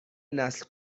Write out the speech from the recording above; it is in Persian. نسل